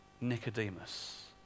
Nicodemus